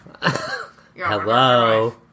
Hello